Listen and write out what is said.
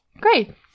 Great